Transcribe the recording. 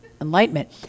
enlightenment